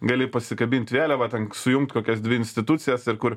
gali pasikabint vėliavą ten sujungt kokias dvi institucijas ir kur